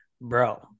bro